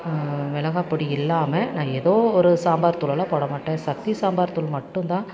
மிளகாய்ப்பொடி இல்லாமல் நான் எதோ ஒரு சாம்பார் தூளெல்லாம் போடமாட்டேன் சக்தி சாம்பார் தூள் மட்டும்தான்